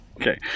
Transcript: Okay